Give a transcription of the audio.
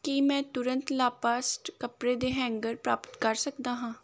ਕੀ ਮੈਂ ਤੁਰੰਤ ਲਾਪਸਟ ਕੱਪਰੇ ਦੇ ਹੈਂਗਰ ਪ੍ਰਾਪਤ ਕਰ ਸਕਦਾ ਹਾਂ